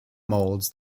moulds